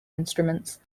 instruments